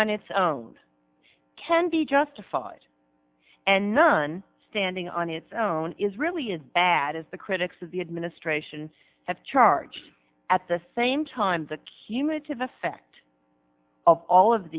on its own can be justified and none standing on its own is really as bad as the critics of the administration have charged at the same time the cumulative effect of all of